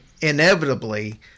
inevitably